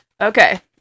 Okay